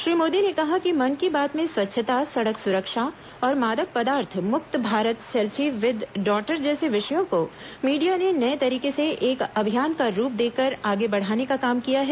श्री मोदी ने कहा कि मन की बात में स्वच्छता सड़क सुरक्षा और मादक पदार्थ मुक्त भारत सेल्फी विद डॉटर जैसे विषयों को मीडिया ने नये तरीके से एक अभियान का रूप देकर आगे बढ़ाने का काम किया है